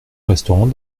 restaurant